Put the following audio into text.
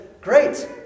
Great